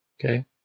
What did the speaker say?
Okay